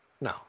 No